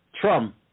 Trump